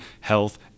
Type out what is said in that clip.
health